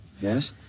Yes